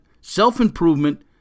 self-improvement